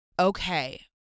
Okay